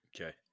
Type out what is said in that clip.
Okay